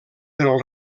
pel